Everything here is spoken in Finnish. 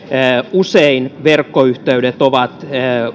usein verkkoyhteydet ovat